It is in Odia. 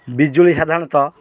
ବିଜୁଳି ସାଧାରଣତଃ